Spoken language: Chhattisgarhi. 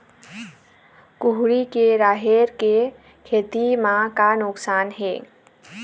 कुहड़ी के राहेर के खेती म का नुकसान हे?